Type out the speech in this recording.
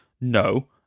no